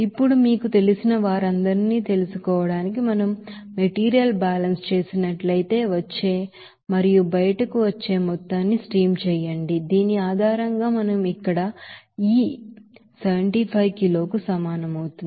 ఇప్పుడు మీకు తెలిసిన వారందరినీ తెలుసుకోవడానికి మనం మెటీరియల్ బ్యాలెన్స్ చేసినట్లయితే వచ్చే మరియు బయటకు వచ్చే మొత్తాన్ని స్ట్రీమ్ చేయండి దీని ఆధారంగా మనం ఇ ఇక్కడ 75 కిలోలకు సమానం అవుతుంది